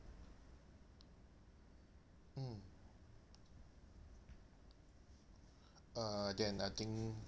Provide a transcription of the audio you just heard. mm uh then I think